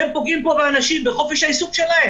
אתם פוגעים באנשים, בחופש העיסוק שלהם.